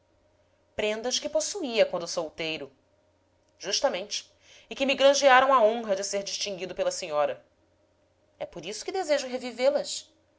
prendas que possuía quando solteiro justamente e que me granjearam a honra de ser distinguido pela senhora é por isso que desejo revivê las